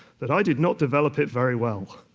that i did not develop it very well.